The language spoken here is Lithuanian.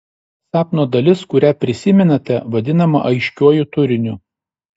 sapno dalis kurią prisimenate vadinama aiškiuoju turiniu